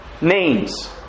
Names